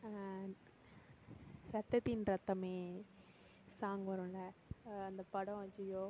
ரத்தத்தின் ரத்தமே சாங் வருமில்ல அந்த படம் ஐய்யய்யோ